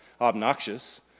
obnoxious